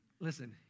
listen